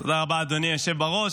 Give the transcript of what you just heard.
תודה רבה, אדוני היושב בראש.